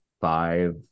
five